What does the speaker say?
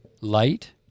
light